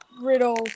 riddle